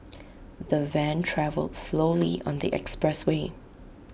the van travelled slowly on the expressway